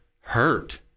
hurt